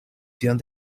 sian